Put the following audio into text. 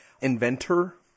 Inventor